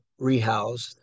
rehoused